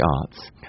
Arts